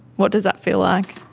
what does that feel like?